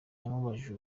yamubajije